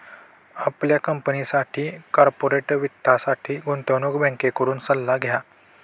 आपल्या कंपनीसाठी कॉर्पोरेट वित्तासाठी गुंतवणूक बँकेकडून सल्ला घ्या